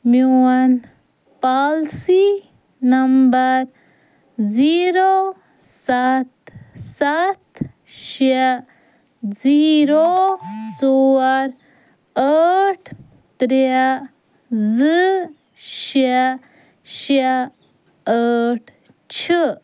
میٛون policy number zero سَتھ سَتھ شےٚ زیٖرو ژور ٲٹھ ترٛےٚ زٕ شےٚ شےٚ ٲٹھ چھُ